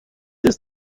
ist